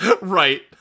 Right